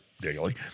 daily